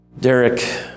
Derek